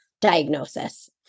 diagnosis